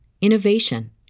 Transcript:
innovation